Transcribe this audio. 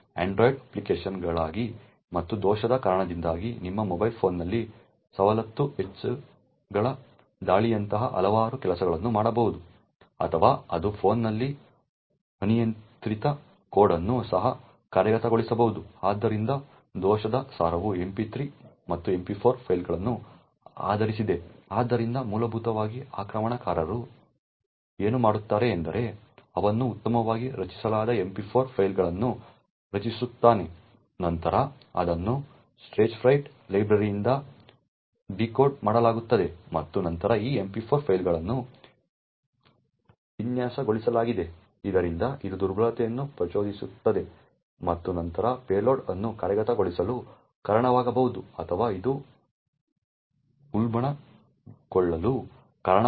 Android ಅಪ್ಲಿಕೇಶನ್ಗಳಿಗಾಗಿ ಮತ್ತು ದೋಷದ ಕಾರಣದಿಂದಾಗಿ ನಿಮ್ಮ ಮೊಬೈಲ್ ಫೋನ್ನಲ್ಲಿ ಸವಲತ್ತು ಹೆಚ್ಚಳದ ದಾಳಿಯಂತಹ ಹಲವಾರು ಕೆಲಸಗಳನ್ನು ಮಾಡಬಹುದು ಅಥವಾ ಅದು ಫೋನ್ನಲ್ಲಿ ಅನಿಯಂತ್ರಿತ ಕೋಡ್ ಅನ್ನು ಸಹ ಕಾರ್ಯಗತಗೊಳಿಸಬಹುದು ಆದ್ದರಿಂದ ದೋಷದ ಸಾರವು MP3 ಮತ್ತು MP4 ಫೈಲ್ಗಳನ್ನು ಆಧರಿಸಿದೆ ಆದ್ದರಿಂದ ಮೂಲಭೂತವಾಗಿ ಆಕ್ರಮಣಕಾರನು ಏನು ಮಾಡುತ್ತಾನೆ ಎಂದರೆ ಅವನು ಉತ್ತಮವಾಗಿ ರಚಿಸಲಾದ MP4 ಫೈಲ್ಗಳನ್ನು ರಚಿಸುತ್ತಾನೆ ನಂತರ ಅದನ್ನು ಸ್ಟೇಜ್ಫ್ರೈಟ್ ಲೈಬ್ರರಿಯಿಂದ ಡಿಕೋಡ್ ಮಾಡಲಾಗುತ್ತದೆ ಮತ್ತು ನಂತರ ಈ MP4 ಫೈಲ್ಗಳನ್ನು ವಿನ್ಯಾಸಗೊಳಿಸಲಾಗಿದೆ ಇದರಿಂದ ಅದು ದುರ್ಬಲತೆಯನ್ನು ಪ್ರಚೋದಿಸುತ್ತದೆ ಮತ್ತು ನಂತರ ಪೇಲೋಡ್ ಅನ್ನು ಕಾರ್ಯಗತಗೊಳಿಸಲು ಕಾರಣವಾಗಬಹುದು ಅಥವಾ ಅದು ಉಲ್ಬಣಗೊಳ್ಳಲು ಕಾರಣವಾಗಬಹುದು